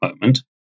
moment